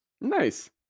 nice